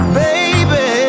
baby